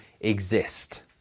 exist